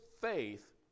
faith